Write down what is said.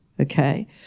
okay